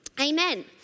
Amen